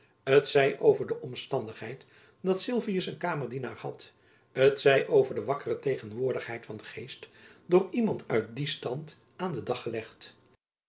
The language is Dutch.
t zij over de omstandigheid dat sylvius een kamerdienaar had t zij over de wakkere tegenwoordigheid van geest door iemand uit dien stand aan den dag gelegd